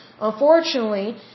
Unfortunately